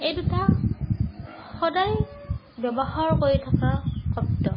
এই দুটা সদায় ব্যৱহাৰ কৰি থকা শব্দ